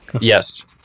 Yes